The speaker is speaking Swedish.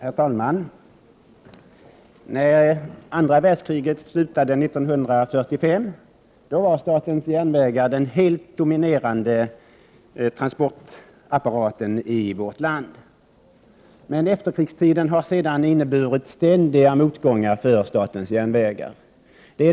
Herr talman! När andra världskriget slutade 1945 var statens järnvägar den helt dominerande transportapparaten i vårt land. Men efterkrigstiden har inneburit ständiga motgångar för statens järnvägar.